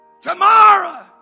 Tomorrow